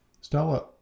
Stella